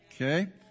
Okay